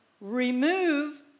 remove